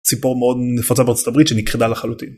ציפור מאוד נפוצה בארצות הברית שנכחדה לחלוטין.